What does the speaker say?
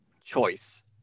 choice